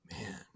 man